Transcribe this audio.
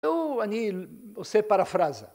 אני עושה פרפרזה.